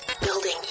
building